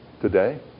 today